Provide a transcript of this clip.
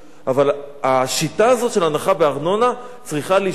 אבל השיטה הזאת של הנחה בארנונה צריכה להשתנות.